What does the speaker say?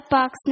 Box